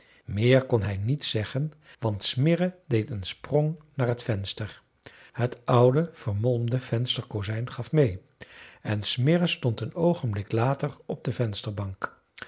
meer kon hij niet zeggen want smirre deed een sprong naar het venster het oude vermolmde vensterkozijn gaf mêe en smirre stond een oogenblik later op de vensterbank